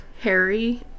harry